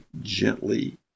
gently